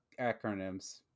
acronyms